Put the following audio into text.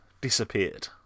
disappeared